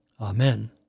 Amen